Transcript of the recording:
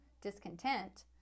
discontent